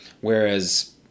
whereas